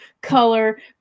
color